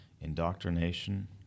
indoctrination